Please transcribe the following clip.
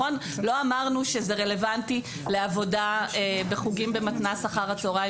לא אמרנו שזה רלוונטי לעבודה בחוגים במתנ"ס אחר-הצוהריים